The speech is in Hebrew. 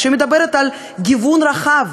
כשהיא מדברת על גיוון רחב,